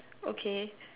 okay